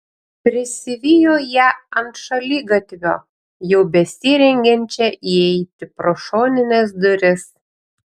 prisivijo ją ant šaligatvio jau besirengiančią įeiti pro šonines duris